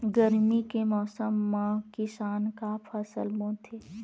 गरमी के मौसम मा किसान का फसल बोथे?